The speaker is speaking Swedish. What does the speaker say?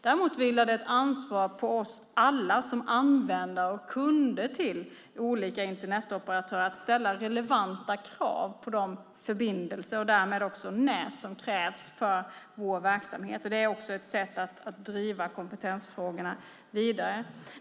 Däremot vilar det ett ansvar på oss alla som användare och kunder till olika Internetoperatörer att ställa relevanta krav på de förbindelser och därmed också nät som krävs för vår verksamhet. Det är också ett sätt att driva kompetensfrågorna vidare.